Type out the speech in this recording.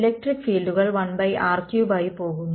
electric ഫീൾഡുകൾ 1r3 ആയി പോകുന്നു